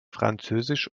französisch